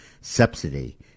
subsidy